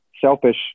selfish